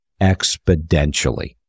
exponentially